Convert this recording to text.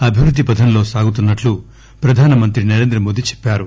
అభివృద్ది పథంలో సాగుతున్నట్లు ప్రధానమంత్రి నరేంద్రమోదీ చెప్పారు